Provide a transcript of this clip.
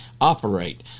operate